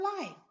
life